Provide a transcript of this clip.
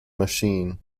machine